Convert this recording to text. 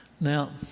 Now